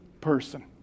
person